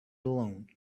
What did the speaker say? alone